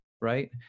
right